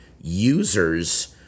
users